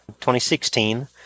2016